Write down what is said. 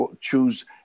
choose